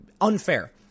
unfair